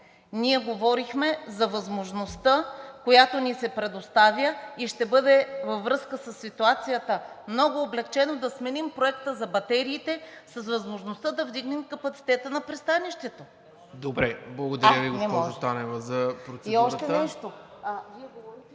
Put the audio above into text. Ние говорихме за възможността, която ни се предоставя, и ще бъде във връзка със ситуацията много облекчено да смени проекта за батериите с възможността да вдигнем капацитета на пристанището. ПРЕДСЕДАТЕЛ НИКОЛА МИНЧЕВ: Добре, благодаря Ви за процедурата,